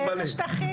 באיזה שטחים?